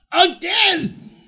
again